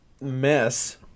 mess